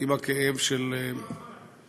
את הכאב שלנו עם הכאב של,